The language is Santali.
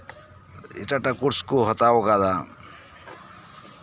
ᱮᱴᱟᱜᱼᱮᱴᱟᱜ ᱠᱳᱨᱥ ᱠᱚ ᱦᱟᱛᱟᱣ ᱟᱠᱟᱫᱟ